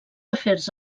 afers